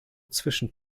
zwischen